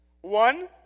One